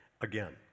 Again